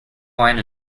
wine